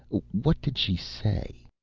what did she say?